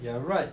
you're right